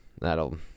That'll